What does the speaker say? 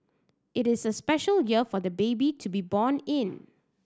it is a special year for the baby to be born in